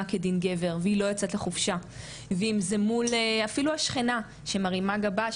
כדין גבר והיא לא יוצאת לחופשה ואם זה מול אפילו השכנה שמרימה גבה,